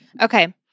Okay